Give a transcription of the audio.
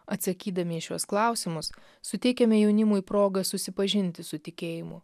atsakydami į šiuos klausimus suteikiame jaunimui progą susipažinti su tikėjimu